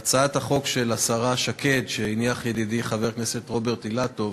עכשיו זה הצעת החוק של השרה שקד שהניח ידידי חבר הכנסת רוברט אילטוב